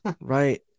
Right